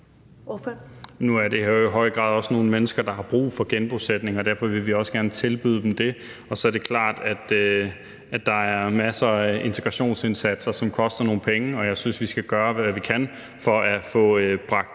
her jo i høj grad også nogle mennesker, der har brug for genbosætning, og derfor vil vi også gerne tilbyde dem det. Så er det klart, at der er masser af integrationsindsatser, som koster nogle penge, og jeg synes, vi skal gøre, hvad vi kan, for at få bragt